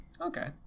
Okay